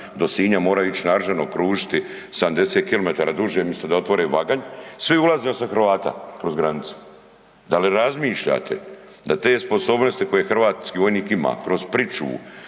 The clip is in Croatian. do Sinja moraju ić na Aržano, kružiti 70 kilometara duže, misto da otvore Vaganj, svi ulaze osim Hrvata kroz granicu. Da li razmišljate da te sposobnosti koje hrvatski vojnik ima kroz pričuvu,